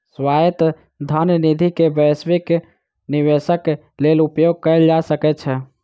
स्वायत्त धन निधि के वैश्विक निवेशक लेल उपयोग कयल जा सकै छै